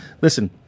Listen